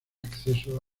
acceso